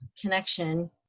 connection